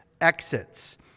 exits